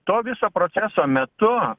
to viso proceso metu